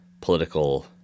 political